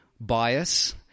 bias